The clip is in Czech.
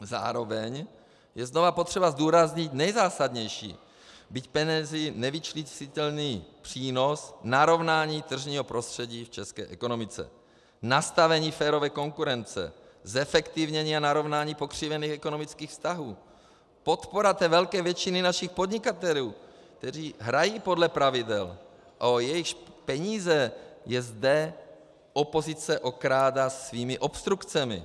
Zároveň je znovu potřeba zdůraznit nejzásadnější, byť penězi nevyčíslitelný přínos narovnání tržního prostředí v české ekonomice, nastavení férové konkurence, zefektivnění a narovnání pokřivených ekonomických vztahů, podpora té velké většiny našich podnikatelů, kteří hrají podle pravidel a o jejichž peníze je zde opozice okrádá svými obstrukcemi.